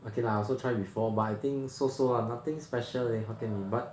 okay lah I also try before but I think so so lah nothing special leh hokkien mee but